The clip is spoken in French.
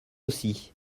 aussi